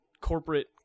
corporate